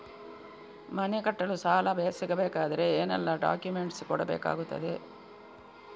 ಮನೆ ಕಟ್ಟಲು ಸಾಲ ಸಿಗಬೇಕಾದರೆ ಏನೆಲ್ಲಾ ಡಾಕ್ಯುಮೆಂಟ್ಸ್ ಕೊಡಬೇಕಾಗುತ್ತದೆ?